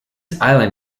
island